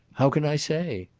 how can i say?